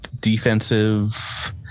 defensive